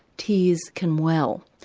tears can well.